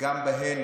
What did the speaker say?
וגם בהן